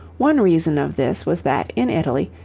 one reason of this was that in italy,